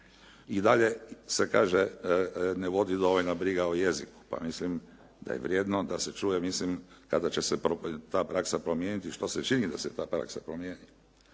I dalje se kaže ne vodi dovoljno briga o jeziku. Pa mislim da je vrijedno da se čuje, mislim kada će se ta praksa promijeniti što se čini da se ta praksa promijeni.